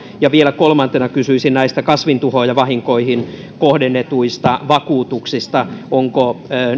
ja vielä kolmantena kysyisin näistä kasvintuhoojavahinkoihin kohdennetuista vakuutuksista onko